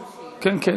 חברים,